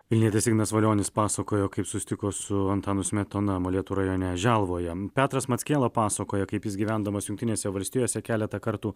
vilnietis ignas valionis pasakojo kaip susitiko su antanu smetona molėtų rajone želvoje petras mackela pasakoja kaip jis gyvendamas jungtinėse valstijose keletą kartų